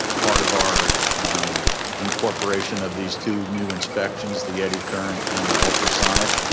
part of our incorporation of these two new inspections, the eddy current and the ultrasonic,